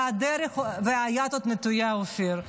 והיד עוד נטויה, אופיר.